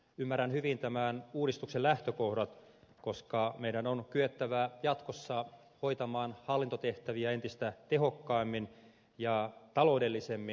ymmärrän hyvin tämän uudistuksen lähtökohdat koska meidän on kyettävä jatkossa hoitamaan hallintotehtäviä entistä tehokkaammin ja taloudellisemmin